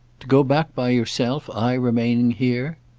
to go back by yourself, i remaining here?